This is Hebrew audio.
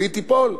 והיא תיפול.